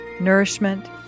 Nourishment